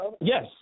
yes